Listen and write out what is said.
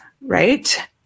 right